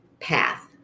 path